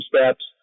steps